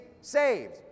saved